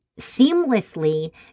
seamlessly